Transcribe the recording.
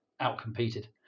out-competed